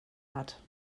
hat